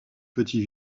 petit